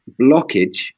Blockage